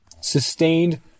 sustained